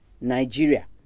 nigeria